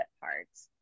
parts